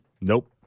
Nope